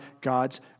God's